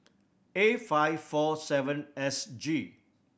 A five four seven S G